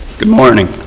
good morning,